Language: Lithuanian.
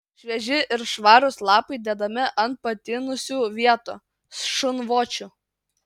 švieži ir švarūs lapai dedami ant patinusių vietų šunvočių